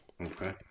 okay